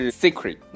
secret